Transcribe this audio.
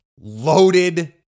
loaded